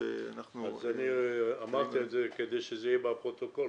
--- אז אני אמרתי את זה כדי שזה יהיה בפרוטוקול,